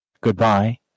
goodbye